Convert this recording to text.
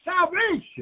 Salvation